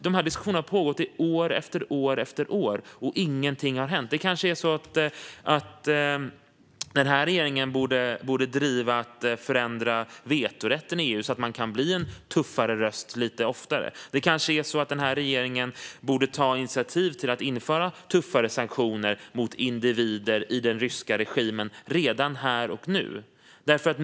De här diskussionerna har pågått i år efter år, och ingenting har hänt. Regeringen borde kanske driva frågan om att förändra vetorätten i EU så att man kan bli en tuffare röst lite oftare. Regeringen kanske borde ta initiativ till att införa tuffare sanktioner mot individer i den ryska regimen redan här och nu.